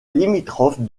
limitrophe